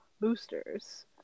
boosters